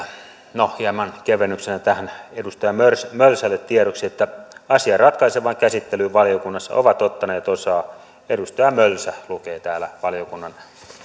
no hieman kevennyksenä tähän edustaja mölsälle tiedoksi asian ratkaisevaan käsittelyyn valiokunnassa ovat ottaneet osaa edustaja mölsä lukee täällä valiokunnan